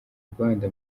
rwanda